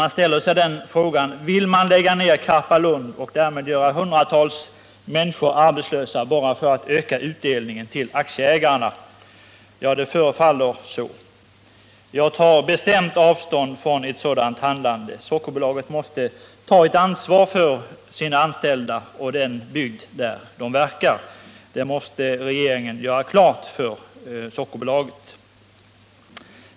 Man ställer sig frågan: Vill man lägga ner Karpalund och därmed göra hundratals människor arbetslösa enbart för att öka utdelningen till aktieägarna? Ja, det förefaller så. Jag tar bestämt avstånd från ett sådant handlande. Sockerbolaget måste ta ett ansvar för sina anställda och för den bygd där det verkar. Detta måste regeringen göra klart för Sockerbolaget.